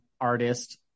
artist